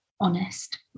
Honest